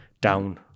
down